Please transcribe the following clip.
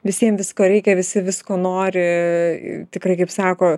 visiem visko reikia visi visko nori tikrai kaip sako